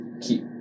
keep